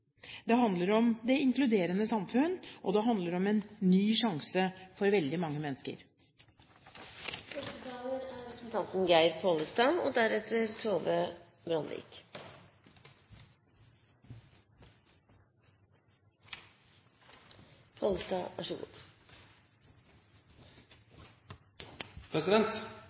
Det handler om det inkluderende samfunn, og det handler om en ny sjanse for veldig mange mennesker. Jeg vil, som flere, starte med å takke representanten